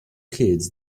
kids